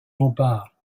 rempart